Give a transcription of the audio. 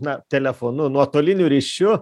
na telefonu nuotoliniu ryšiu